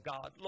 God